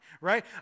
Right